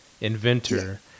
inventor